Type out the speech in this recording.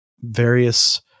various